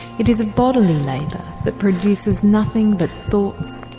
it is a bodily labour that produces nothing but thoughts,